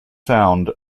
sound